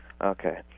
Okay